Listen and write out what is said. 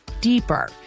deeper